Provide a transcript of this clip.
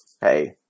hey